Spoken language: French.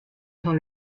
dans